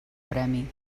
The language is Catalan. premi